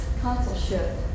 consulship